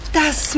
das